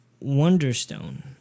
Wonderstone